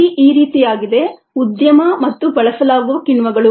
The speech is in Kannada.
ಪಟ್ಟಿ ಈ ರೀತಿಯಾಗಿದೆ ಉದ್ಯಮ ಮತ್ತು ಬಳಸಲಾಗುವ ಕಿಣ್ವಗಳು